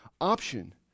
option